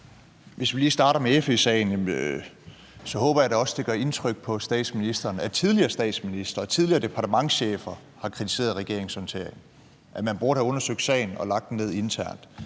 Hvis vi lige starter med FE-sagen, så håber jeg da også, at det gør indtryk på statsministeren, at tidligere statsministre og tidligere departementschefer har kritiseret regeringens håndtering, altså at man burde have undersøgt sagen og lagt den ned internt.